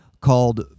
called